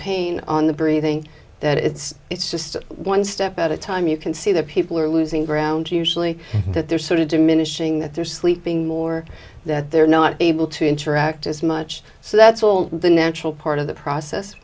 pain on the breathing that it's it's just one step at a time you can see that people are losing ground usually that they're sort of diminishing that they're sleeping more that they're not able to interact as much so that's all the natural part of the process